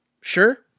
Sure